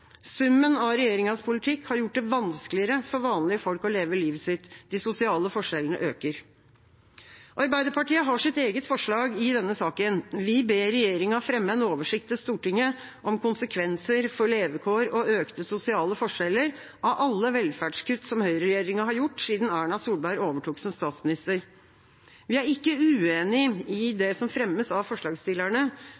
Summen av regjeringas politikk har gjort det vanskeligere for vanlige folk å leve livet sitt. De sosiale forskjellene øker. Arbeiderpartiet har sitt eget forslag i denne saken. Vi ber regjeringa fremme en oversikt til Stortinget om konsekvenser for levekår og økte sosiale forskjeller av alle velferdskutt som høyreregjeringa har gjort siden Erna Solberg overtok som statsminister. Vi er ikke uenige i